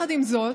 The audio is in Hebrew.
עם זאת,